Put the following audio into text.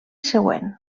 següent